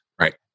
Right